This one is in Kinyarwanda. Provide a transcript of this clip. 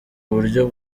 uburyo